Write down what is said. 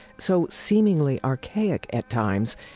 so seemingly archaic at times,